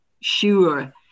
sure